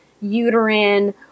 uterine